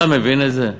אתה מבין את זה?